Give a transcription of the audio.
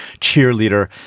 cheerleader